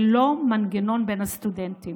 ללא מנגנון הבחנה בין הסטודנטים.